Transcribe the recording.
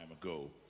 ago